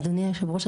אדוני היושב ראש,